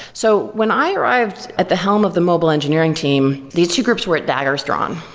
so when i arrived at the helm of the mobile engineering team, these two groups were at daggers drawn.